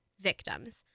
victims